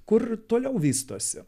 kur toliau vystosi